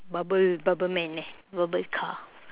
bubble bubble man eh bubble car